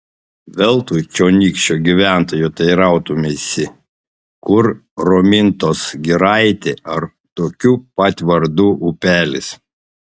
veltui čionykščio gyventojo teirautumeisi kur romintos giraitė ar tokiu pat vardu upelis